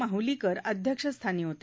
माहुलीकर अध्यक्षस्थानी होते